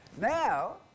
Now